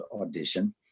audition